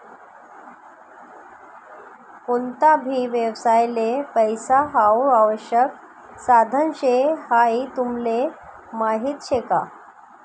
कोणता भी व्यवसायले पैसा हाऊ आवश्यक साधन शे हाई तुमले माहीत शे का?